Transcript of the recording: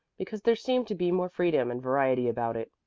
because there seemed to be more freedom and variety about it.